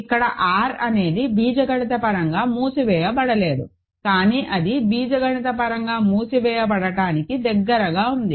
ఇక్కడ R అనేది బీజగణితపరంగా మూసివేయబడలేదు కానీ అది బీజగణితపరంగా మూసివేయబడటానికి దగ్గరగా ఉంది